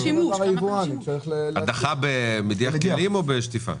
--- היבואן --- הדחה במדיח כלים או בשטיפה?